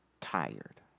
tired